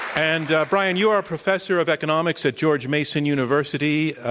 and, bryan, you are a professor of economics at george mason university.